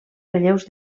relleus